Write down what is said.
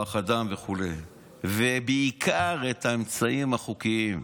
כוח אדם וכו', ובעיקר האמצעים החוקיים,